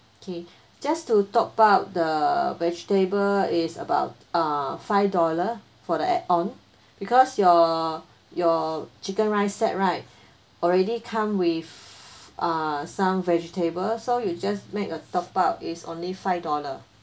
okay just to top up the vegetable is about uh five dollar for the add on because your your chicken rice set right already come with ah some vegetable so you just make a top up it's only five dollar